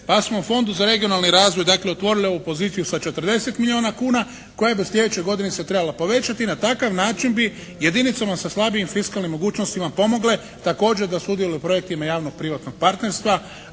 pa smo fondu za regionalni razvoj dakle otvorili ovu poziciju sa 40 milijuna kuna koja do sljedeće godine bi se trebala povećati i na takav način bi jedinicama sa slabijim fiskalnim mogućnostima pomogle također da sudjeluju u projektima javnog privatnog partnerstva,